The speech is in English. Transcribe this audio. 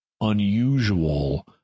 unusual